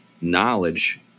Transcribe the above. knowledge